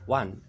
one